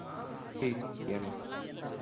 ᱴᱷᱤᱠ ᱜᱮᱭᱟ ᱢᱟ